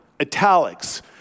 italics